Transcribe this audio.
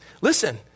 listen